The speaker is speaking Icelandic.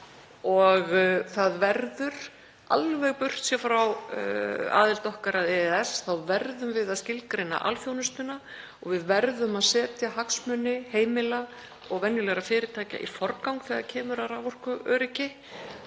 og alveg burt séð frá aðild okkar að EES þá verðum við að skilgreina alþjónustuna og við verðum að setja hagsmuni heimila og venjulegra fyrirtækja í forgang þegar kemur að raforkuöryggi